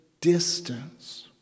distance